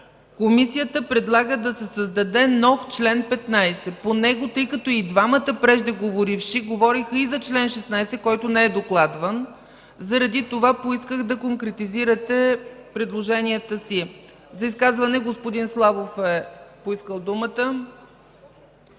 Комисията. Тя предлага да се създаде нов чл. 15. Тъй като и двамата преждеговоривши говориха и за чл. 16, който не е докладван, затова поисках да конкретизирате предложенията си. Господин Славов е поискал думата